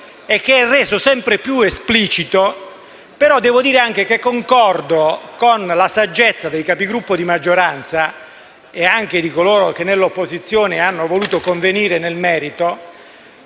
e che è reso sempre più esplicito. Tuttavia, devo dire anche che concordo con la saggezza dei Capigruppo di maggioranza e anche di coloro che, nell'opposizione, hanno voluto convenire nel merito,